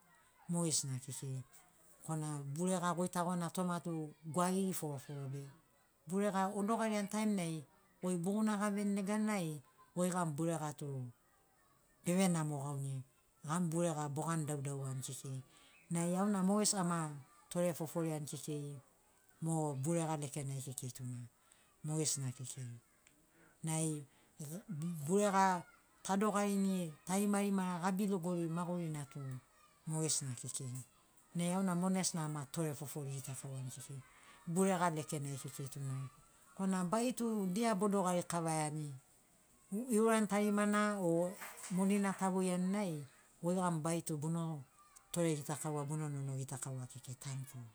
Mogesina kekei korana burega goitagona toma tu gwagigi foroforo be burega odogariani taimnai goi bo gunagaveni neganai goi gamu burega tu beve namo gauni gam burega bogani daudauani kekei nai auna mogesi ama tore foforiani kekei mo burega lekenai kekei tuna mogesina kekei nai burega tadogarini tarimarima gabi logori magurina tu mogesina kekei nai auna mogesina ama tore fofori gitakauani kekei burega lekenai kekei tuna korana bai tu dia bodogari kavaiani eurani tarimana o moni na tavoiani goi gamu bai tu bono tore gitakaua bono nono gitakaua kekei tanikiu